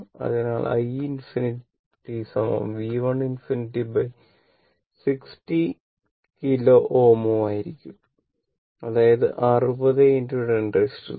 അതിനാൽ i ∞ V1∞60 കിലോയിൽ Ω ആകും അതായത് 60 10 3